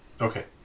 Okay